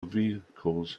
vehicles